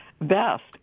best